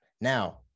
Now